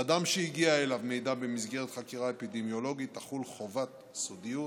על אדם שהגיע אליו מידע במסגרת חקירה אפידמיולוגיה תחול חובת סודיות,